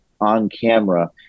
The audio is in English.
on-camera